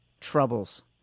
troubles